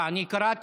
אני חושב